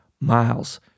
Miles